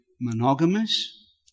monogamous